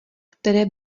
které